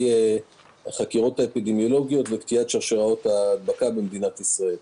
החקירות האפידמיולוגיות וקטיעת שרשראות ההדבקה במדינת ישראל.